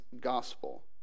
gospel